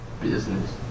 Business